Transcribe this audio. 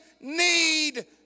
need